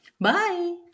Bye